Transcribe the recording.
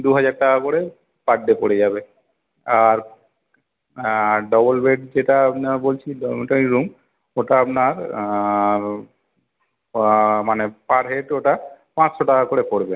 দু হাজার টাকা করে পার ডে পড়ে যাবে আর হ্যাঁ আর ডবল বেড যেটা আপনার বলছি ডর্মেটারি রুম ওটা আপনার পা মানে পার হেড ওটা পাঁচশো টাকা করে পড়বে